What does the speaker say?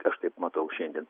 aš taip matau šiandien